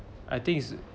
I think it's